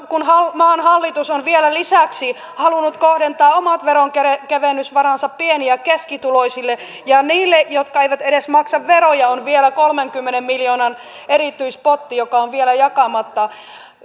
kun maan hallitus on vielä lisäksi halunnut kohdentaa omat veronkevennysvaransa pieni ja keskituloisille ja niille jotka eivät edes maksa veroja on vielä kolmenkymmenen miljoonan erityispotti joka on vielä jakamatta